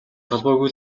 холбоогүй